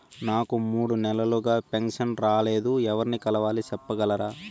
నాకు మూడు నెలలుగా పెన్షన్ రాలేదు ఎవర్ని కలవాలి సెప్పగలరా?